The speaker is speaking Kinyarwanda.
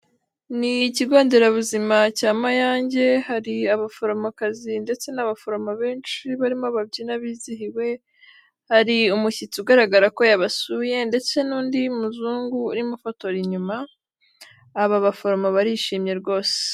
Ni ikigo nderabuzima cya Mayange, hari abaforomokazi ndetse n'abaforomo benshi barimo babyina bizihiwe, hari umushyitsi ugaragara ko yabasuye ndetse n'undi muzungu urimo ufotora inyuma, aba baforomo barishimye rwose.